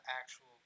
actual